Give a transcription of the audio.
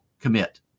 commit